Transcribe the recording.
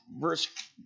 verse